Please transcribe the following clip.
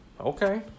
Okay